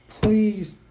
please